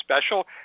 special